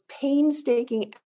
painstaking